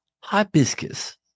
Hibiscus